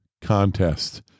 contest